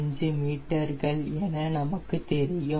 5 மீட்டர்கள் என நமக்கு தெரியும்